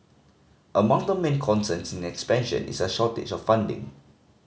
among their main concerns in expansion is a shortage of funding